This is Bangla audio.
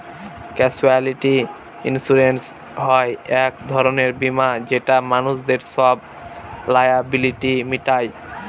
ক্যাসুয়ালিটি ইন্সুরেন্স হয় এক ধরনের বীমা যেটা মানুষদের সব লায়াবিলিটি মিটায়